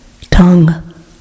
Tongue